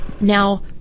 now